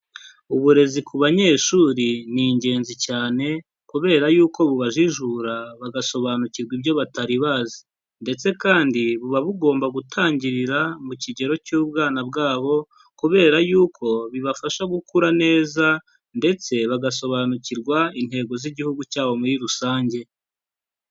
Uburezi ku banyeshuri ni ingenzi cyane kubera yuko bubajijura bagasobanukirwa ibyo batari bazi, ndetse kandi buba bugomba gutangirira mu kigero cy'ubwana bwabo kubera yuko bibafasha gukura neza, ndetse bagasobanukirwa intego z'Igihugu cyabo muri rusange.